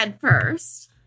first